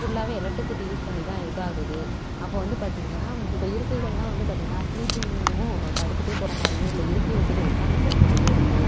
ஃபுல்லாகவே electricity use பண்ணி தான் இதாகுது அப்போது வந்து பார்த்திங்கனா இப்போ இருக்கைககளெலாம் வந்து பார்த்திங்கனா ஸ்லீப்பிங்கும் படுத்துகிட்டே போகிற மாதிரியும் இல்லை இருக்கை வசதி உட்காந்து போகிற மாதிரியும் இருக்குது